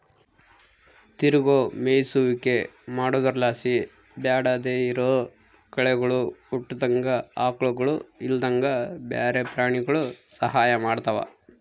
ತಿರುಗೋ ಮೇಯಿಸುವಿಕೆ ಮಾಡೊದ್ರುಲಾಸಿ ಬ್ಯಾಡದೇ ಇರೋ ಕಳೆಗುಳು ಹುಟ್ಟುದಂಗ ಆಕಳುಗುಳು ಇಲ್ಲಂದ್ರ ಬ್ಯಾರೆ ಪ್ರಾಣಿಗುಳು ಸಹಾಯ ಮಾಡ್ತವ